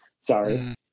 sorry